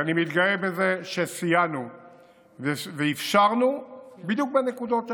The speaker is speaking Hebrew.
ואני מתגאה בזה שסייענו ואפשרנו בדיוק בנקודות האלה.